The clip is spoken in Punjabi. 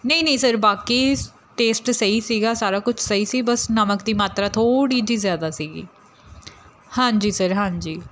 ਨਹੀਂ ਨਹੀਂ ਸਰ ਬਾਕੀ ਟੇਸਟ ਸਹੀ ਸੀਗਾ ਸਾਰਾ ਕੁਝ ਸਹੀ ਸੀ ਬਸ ਨਮਕ ਦੀ ਮਾਤਰਾ ਥੋੜ੍ਹੀ ਜਿਹੀ ਜ਼ਿਆਦਾ ਸੀਗੀ ਹਾਂਜੀ ਸਰ ਹਾਂਜੀ